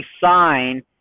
sign